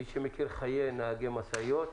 מי שמכיר חיי נהגי משאית,